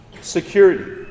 security